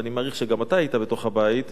ואני מניח שגם אתה היית בתוך הבית,